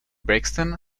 brixton